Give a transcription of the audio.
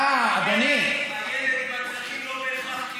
הילד עם הצרכים לא בהכרח קיבל,